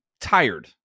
tired